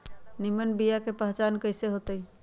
निमन बीया के पहचान कईसे होतई?